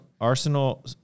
Arsenal